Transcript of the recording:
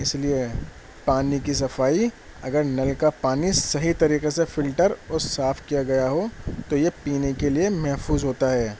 اس لیے پانی کی صفائی اگر نل کا پانی صحیح طریقے سے فلٹر اور صاف کیا گیا ہو تو یہ پینے کے لیے محفوظ ہوتا ہے